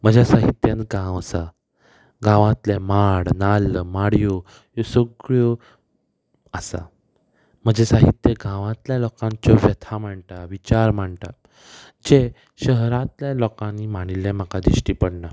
म्हज्या साहित्यान गांव आसा गांवांतले माड नाल्ल माडयो ह्यो सगळ्यो आसा म्हजें साहित्य गांवांतल्या लोकांच्यो व्यथा मांडटा विचार मांडटा जे शहरांतल्या लोकांनी मांडिल्ले म्हाका दिश्टी पडना